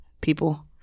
people